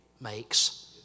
makes